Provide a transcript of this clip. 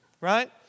right